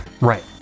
Right